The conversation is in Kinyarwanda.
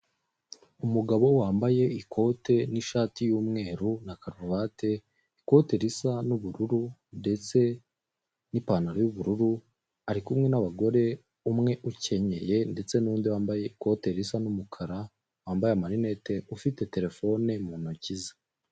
Umugabo wambaye ikote n'ishati y'umweru na karuvate ikoti risa n'ubururu ndetse n'ipantaro y'ubururu ari kumwe n'abagore umwe ukenyeye ndetsen'undi wambaye ikote risa n'umukara wambaye amarinete ufite telefone mu ntoki ze.